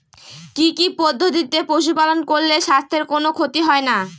কি কি পদ্ধতিতে পশু পালন করলে স্বাস্থ্যের কোন ক্ষতি হয় না?